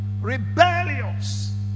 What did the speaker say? rebellious